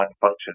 function